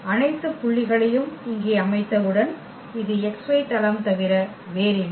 அனைத்து புள்ளிகளையும் இங்கே அமைத்தவுடன் இது xy தளம் தவிர வேறில்லை